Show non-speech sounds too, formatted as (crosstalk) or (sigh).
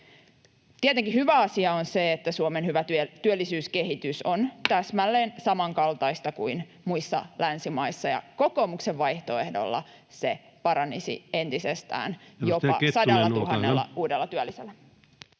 Tietenkin hyvä asia on se, että Suomen hyvä työllisyyskehitys on täsmälleen (noise) samankaltaista kuin muissa länsimaissa. Kokoomuksen vaihtoehdolla se paranisi entisestään jopa 100 000 uudella työllisellä.